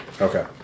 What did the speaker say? Okay